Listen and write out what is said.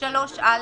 "(3א)